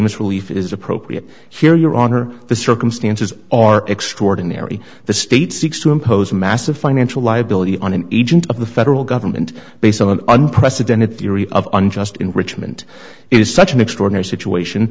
mandamus relief is appropriate here your honor the circumstances are extraordinary the state seeks to impose a massive financial liability on an agent of the federal government based on an unprecedented theory of unjust enrichment is such an extraordinary situation